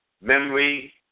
Memory